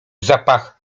zapach